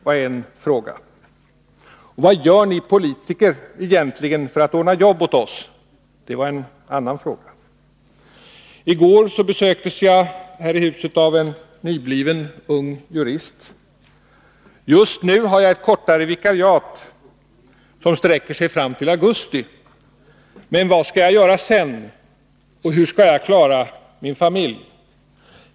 var en fråga som de ställde. Vad gör ni politiker för att ordna jobb åt oss? var en annan. I går besöktes jag här i huset av en nybliven ung jurist, som sade: Just nu har jag ett kortare vikariat, som sträcker sig fram till augusti. Men vad skall jag göra sedan och hur skall jag klara av att försörja min familj?